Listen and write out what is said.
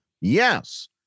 Yes